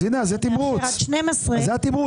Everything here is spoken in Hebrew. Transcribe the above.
הנה, זה התמרוץ.